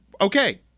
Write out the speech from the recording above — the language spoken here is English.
okay